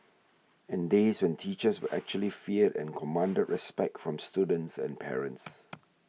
and days when teachers were actually feared and commanded respect from students and parents